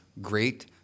Great